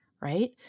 Right